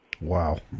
Wow